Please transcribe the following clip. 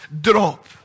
drop